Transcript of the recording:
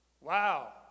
Wow